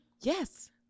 Yes